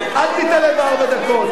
אל תיתלה בארבע דקות.